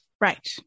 Right